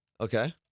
Okay